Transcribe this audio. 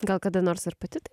gal kada nors ar pati taip